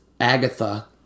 Agatha